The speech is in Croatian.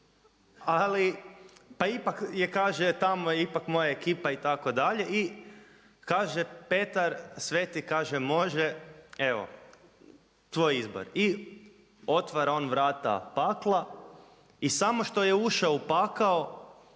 ali pa ipak je kaže tamo je ipak moja ekipa itd. i kaže Petar Sveti kaže može, evo tvoj izbor. I otvara on vrata pakla i samo što je ušao u pakao